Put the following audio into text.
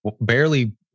barely